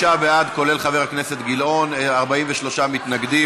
36 בעד, כולל חבר הכנסת גילאון, 43 מתנגדים.